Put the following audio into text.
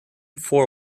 four